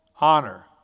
Honor